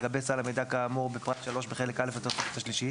לגבי סל המידע כאמור בפרט 3 בחלק א' לתוספת השלישית